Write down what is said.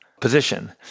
position